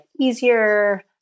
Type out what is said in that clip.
easier